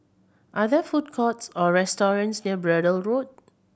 are there food courts or restaurants near Braddell Road